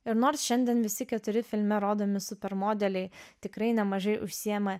ir nors šiandien visi keturi filme rodomi super modeliai tikrai nemažai užsiima